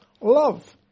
love